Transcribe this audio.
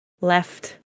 left